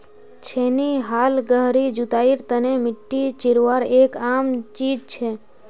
छेनी हाल गहरी जुताईर तने मिट्टी चीरवार एक आम चीज छे